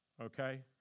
okay